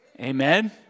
Amen